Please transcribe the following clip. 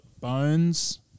bones